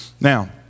Now